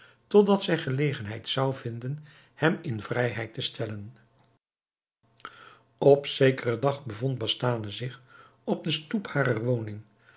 totdat zij gelegenheid zou vinden hem in vrijheid te stellen op zekeren dag bevond bastane zich op de stoep harer woning